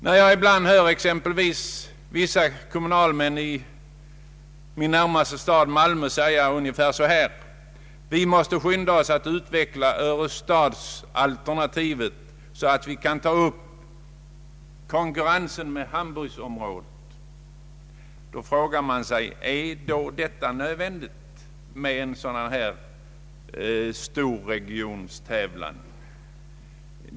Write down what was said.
Jag hör ibland vissa kommunalmän i den stad som ligger närmast min hemort, nämligen Malmö, säga så här: Vi måste skynda oss att utveckla Öörestadsalternativet, så att vi kan ta upp konkurrensen med Hamburgområdet. Då frågar man sig: Är det nödvändigt med en sådan storregionstävlan?